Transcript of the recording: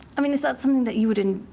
i mean is that something that you would and